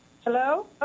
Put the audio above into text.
Hello